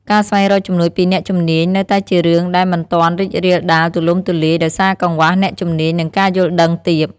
ការស្វែងរកជំនួយពីអ្នកជំនាញនៅតែជារឿងដែលមិនទាន់រីករាលដាលទូលំទូលាយដោយសារកង្វះអ្នកជំនាញនិងការយល់ដឹងទាប។